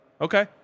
Okay